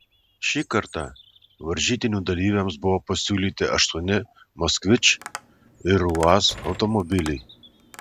šį kartą varžytinių dalyviams buvo pasiūlyti aštuoni moskvič ir uaz automobiliai